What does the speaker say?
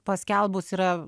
paskelbus yra